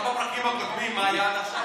פינדרוס, אפשר מהפרקים הקודמים, מה היה עד עכשיו?